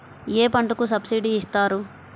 ఏ పంటకు సబ్సిడీ ఇస్తారు?